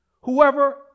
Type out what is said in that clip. Whoever